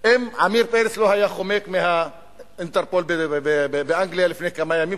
אם עמיר פרץ לא היה חומק מה"אינטרפול" באנגליה לפני כמה ימים,